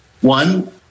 One